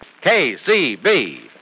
KCB